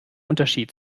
unterschied